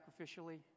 sacrificially